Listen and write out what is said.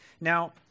Now